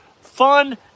fun